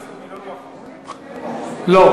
לא.